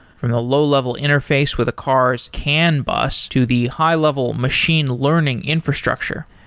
from the low-level interface with a cars can bus to the high-level machine learning infrastructure.